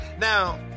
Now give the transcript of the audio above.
now